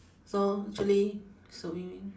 so actually it's a win win